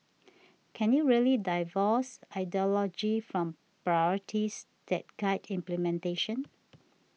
can you really divorce ideology from priorities that guide implementation